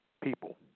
People